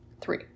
three